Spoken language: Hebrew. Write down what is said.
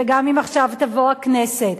וגם אם עכשיו תבוא הכנסת,